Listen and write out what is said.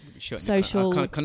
social